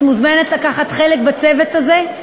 את מוזמנת לקחת חלק בצוות הזה,